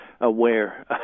aware